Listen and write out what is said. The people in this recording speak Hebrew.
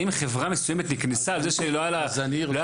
האם חברה מסוימת נקנסה על זה שלא היה כיסוי?